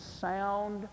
sound